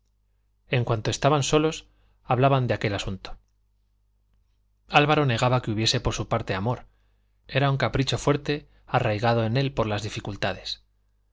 en cuanto estaban solos hablaban de aquel asunto álvaro negaba que hubiese por su parte amor era un capricho fuerte arraigado en él por las dificultades